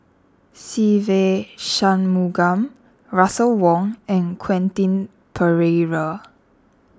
Se Ve Shanmugam Russel Wong and Quentin Pereira